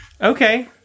Okay